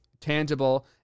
tangible